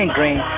Green